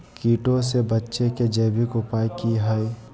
कीटों से बचे के जैविक उपाय की हैय?